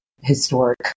historic